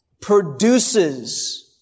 produces